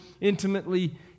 intimately